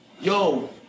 yo